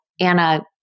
Anna